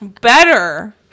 better